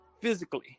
physically